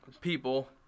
people